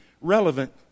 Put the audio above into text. relevant